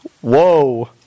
Whoa